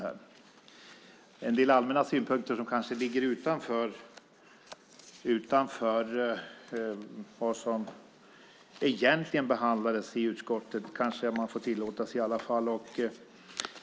Några allmänna synpunkter som ligger utanför vad som egentligen behandlades i utskottet kanske man i varje fall får tillåta sig.